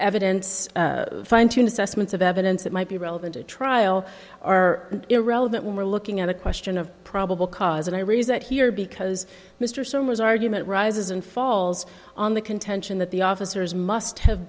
evidence fine tune assessments of evidence that might be relevant at trial are irrelevant when we're looking at a question of probable cause and i raise that here because mr summers argument rises and falls on the contention that the officers must have